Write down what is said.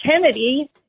Kennedy